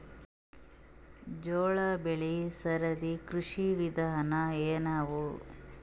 ಜೋಳ ಬೆಳಿ ಸರದಿ ಕೃಷಿ ವಿಧಾನ ಎನವ?